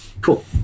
Cool